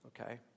okay